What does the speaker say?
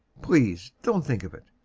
please don't think of it!